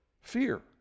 Fear